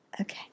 Okay